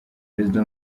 perezida